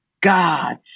God